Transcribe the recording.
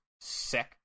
sick